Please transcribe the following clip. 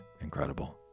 incredible